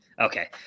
Okay